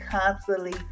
constantly